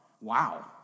Wow